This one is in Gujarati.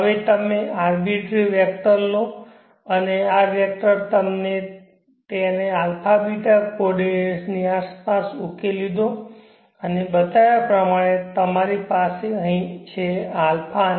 હવે તમે અર્બિટરી વેક્ટર લો અને આ વેક્ટર અમને તેને α β કોઓર્ડિનેટ્સની આસપાસ ઉકેલી દો અને બતાવ્યા પ્રમાણે તમારી પાસે અહીં છે α અને